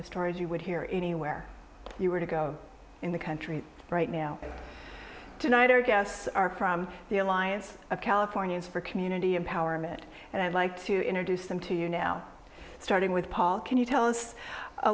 the stories you would hear anywhere you were to go in the country right now tonight our guests are from the alliance of californians for community empowerment and i'd like to introduce them to you now starting with paul can you tell us a